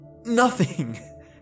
Nothing